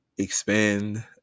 expand